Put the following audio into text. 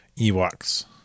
Ewoks